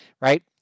right